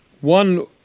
One